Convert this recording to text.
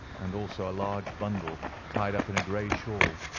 and also a large bundle tied up in a grey shawl,